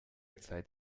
zeit